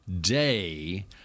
Day